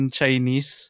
Chinese